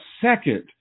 second